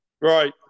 Right